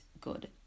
good